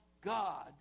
God